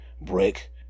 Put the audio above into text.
break